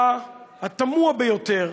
התמוה ביותר,